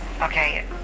Okay